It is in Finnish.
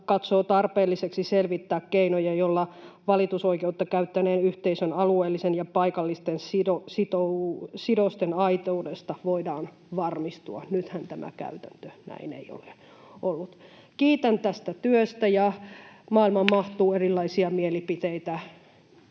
katsoo tarpeelliseksi selvittää keinoja, joilla valitusoikeutta käyttäneen yhteisön alueellisten ja paikallisten sidosten aitoudesta voidaan varmistua. Nythän tämä käytäntö näin ei ole ollut. Kiitän tästä työstä, ja maailmaan mahtuu [Puhemies